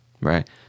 right